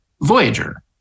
Voyager